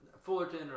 Fullerton